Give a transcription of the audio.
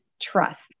Trust